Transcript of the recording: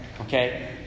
Okay